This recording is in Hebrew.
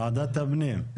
ועדת הפנים.